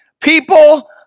people